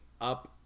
up